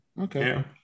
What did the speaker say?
Okay